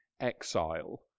exile